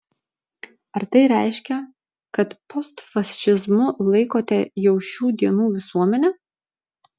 ar tai reiškia kad postfašizmu laikote jau šių dienų visuomenę